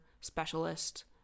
specialist